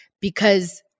because-